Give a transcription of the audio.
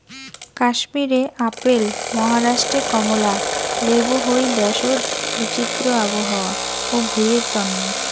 কাশ্মীরে আপেল, মহারাষ্ট্রে কমলা লেবু হই দ্যাশোত বিচিত্র আবহাওয়া ও ভুঁইয়ের তন্ন